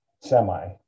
semi